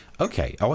okay